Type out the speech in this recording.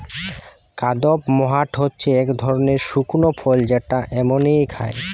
কাদপমহাট হচ্ছে এক ধরনের শুকনো ফল যেটা এমনই খায়